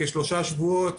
כשלושה שבועות,